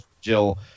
jill